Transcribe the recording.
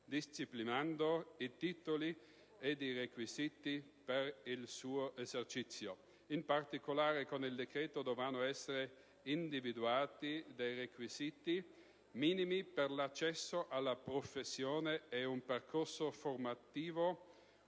disciplinando i titoli ed i requisiti per il suo esercizio. In particolare, con il decreto dovranno essere individuati dei requisiti minimi per l'accesso alla professione e un percorso formativo